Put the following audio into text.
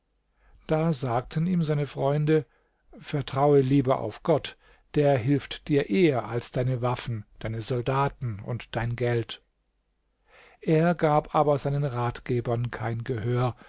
da sagten ihm seine freunde vertraue lieber auf gott der hilft dir eher als deine waffen deine soldaten und dein geld er gab aber seinen ratgebern kein gehör